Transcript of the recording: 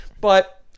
But-